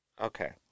Okay